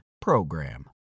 PROGRAM